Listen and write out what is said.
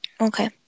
Okay